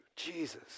Jesus